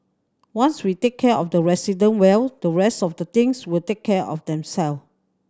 once we take care of the resident well the rest of the things will take care of themselves